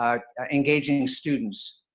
ah engaging students,